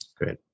Great